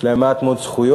יש להם מעט מאוד זכויות,